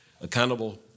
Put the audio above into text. accountable